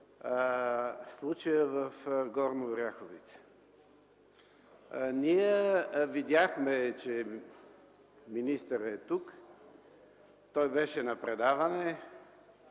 случая в Горна Оряховица. Ние видяхме, че министърът е тук, той беше на предаване,